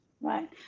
right